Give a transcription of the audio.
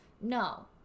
No